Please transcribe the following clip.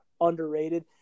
underrated